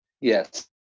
Yes